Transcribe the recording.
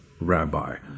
rabbi